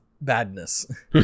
badness